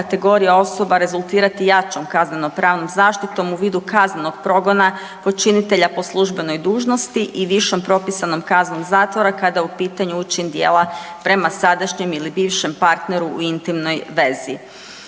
kategorije osoba rezultirati jačom kaznenopravnom zaštitom u vidu kaznenog progona počinitelja po službenoj dužnosti i višom propisanom kaznom zatvora kada je u pitanju … dijela prema sadašnjem ili bivšem partneru u intimnoj vezi.